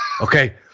Okay